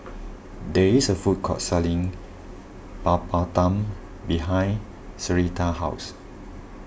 there is a food court selling Papadum behind Syreeta's house